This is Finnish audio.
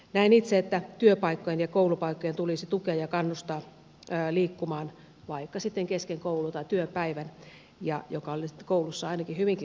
näen itse että työpaikkojen ja koulupaikkojen tulisi tukea ja kannustaa liikkumaan vaikka sitten kesken koulu tai työpäivän mikä olisi ainakin kouluissa hyvinkin suotavaa